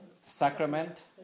sacrament